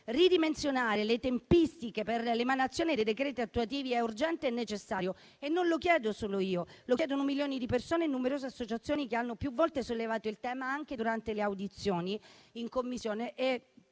Ridimensionare le tempistiche per l'emanazione dei decreti attuativi è urgente e necessario e non lo chiedo solo io, ma milioni di persone e numerose associazioni che hanno più volte sollevato il tema anche nel corso delle audizioni in Commissioni,